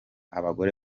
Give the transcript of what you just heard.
abagore